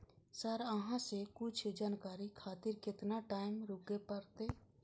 Sir अहाँ से कुछ जानकारी खातिर केतना टाईम रुके परतें?